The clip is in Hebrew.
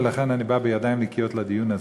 ולכן אני בא בידיים נקיות לדיון הזה.